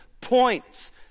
points